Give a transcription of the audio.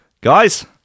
guys